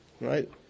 right